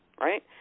right